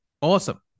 Awesome